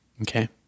Okay